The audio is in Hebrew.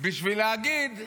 בשביל להגיד: